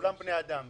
כולם בני אדם.